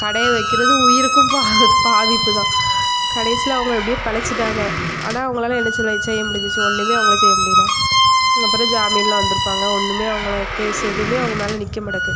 கடையை வைக்கிறது உயிருக்கும் பா பாதிப்பு தான் கடைசியில் அவங்க எப்படியோ பொலச்சிட்டாங்க ஆனால் அவங்களால என்ன சொல்ல செய்ய முடிஞ்சிச்சு ஒன்றுமே அவங்கள செய்ய முடியல அப்புறம் ஜாமினில் வந்துருப்பாங்க ஒன்றுமே அவங்கள கேஸு எதுவுமே அவங்க மேலே நிற்க மாட்டக்கு